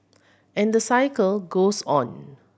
and the cycle goes on